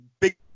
big